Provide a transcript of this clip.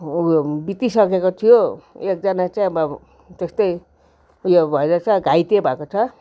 उयो बितिसकेको थियो एकजना चाहिँ अब त्यस्तै उयो भइरहेछ घाइते भएको छ